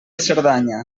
cerdanya